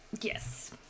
Yes